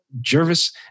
Jervis